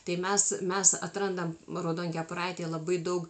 tai mes mes atrandam raudonkepuraitėj labai daug